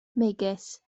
megis